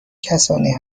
کسانی